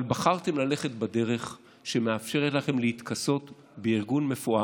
אבל בחרתם ללכת בדרך שמאפשרת לכם להתכסות בארגון מפואר,